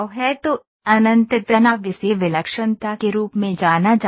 तो अनंत तनाव इसे विलक्षणता के रूप में जाना जाता है